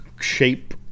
shape